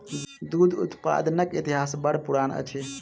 दूध उत्पादनक इतिहास बड़ पुरान अछि